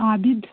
Abid